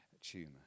tumor